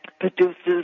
produces